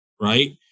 right